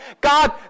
God